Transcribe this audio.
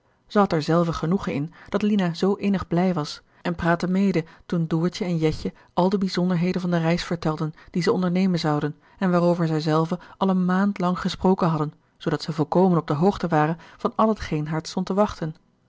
had er zelve genoegen in dat lina zoo innig blij was en praatte mede toen doortje en jetje al de bijzonderheden van de reis vertelden die ze ondernemen zouden en waarover zij zelven al een maand lang gesproken hadden zoo dat zij volkomen op de hoogte waren van al hetgeen haar stond te wachten